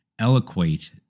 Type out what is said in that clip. Eloquate